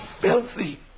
filthy